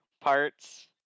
parts